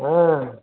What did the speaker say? হ্যাঁ